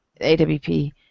AWP